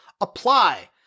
apply